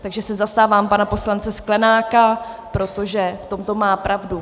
Takže se zastávám pana poslance Sklenáka, protože v tomto má pravdu.